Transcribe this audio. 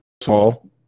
Tall